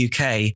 UK